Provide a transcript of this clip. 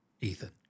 Ethan